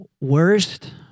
Worst